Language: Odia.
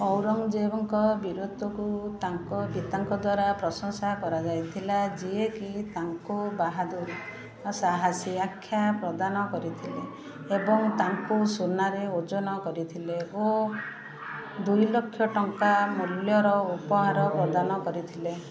ଔରଙ୍ଗ୍ଜେବ୍ଙ୍କ ବୀରତ୍ୱକୁ ତାଙ୍କ ପିତାଙ୍କ ଦ୍ଵାରା ପ୍ରଶଂସା କରାଯାଇଥିଲା ଯିଏକି ତାଙ୍କୁ ବାହାଦୁର ସାହସୀ ଆଖ୍ୟା ପ୍ରଦାନ କରିଥିଲେ ଏବଂ ତାଙ୍କୁ ସୁନାରେ ଓଜନ କରିଥିଲେ ଓ ଦୁଇଲକ୍ଷ ଟଙ୍କା ମୂଲ୍ୟର ଉପହାର ପ୍ରଦାନ କରିଥିଲେ